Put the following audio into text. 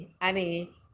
ani